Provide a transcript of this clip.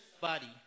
body